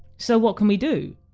so what can we do?